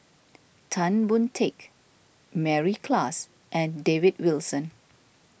Tan Boon Teik Mary Klass and David Wilson